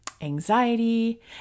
anxiety